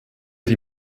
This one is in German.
die